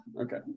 Okay